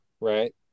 right